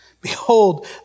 Behold